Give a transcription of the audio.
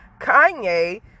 kanye